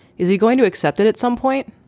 is he going to accept that at some point.